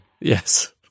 Yes